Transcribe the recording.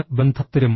ഏത് ബന്ധത്തിലും